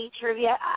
trivia